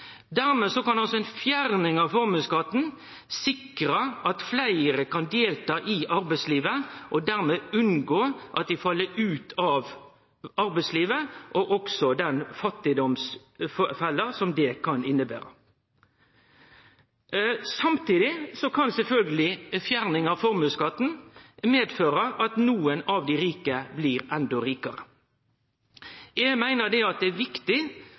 Dermed kan fjerning av formuesskatten sikre at fleire kan delta i arbeidslivet, og dermed unngå at dei fell ut av arbeidslivet og unngår fattigdomsfella som det kan innebere. Samtidig kan sjølvsagt fjerning av formuesskatten medføre at nokre av dei rike blir endå rikare. Eg meiner det er viktig at vi har små forskjellar i Noreg. Det